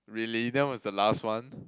really that was the last one